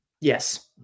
Yes